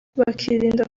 bakirinda